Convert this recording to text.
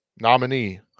nominee